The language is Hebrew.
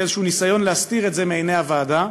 באיזשהו ניסיון להסתיר את זה מעיני הוועדה,